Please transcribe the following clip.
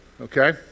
okay